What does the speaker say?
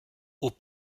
aux